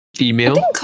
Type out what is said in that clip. Email